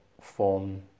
form